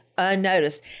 Unnoticed